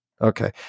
Okay